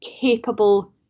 capable